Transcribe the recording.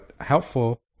Helpful